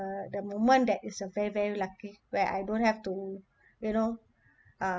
uh the moment that is a very very lucky where I don't have to you know uh